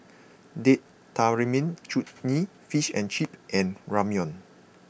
Date Tamarind Chutney Fish and Chips and Ramyeon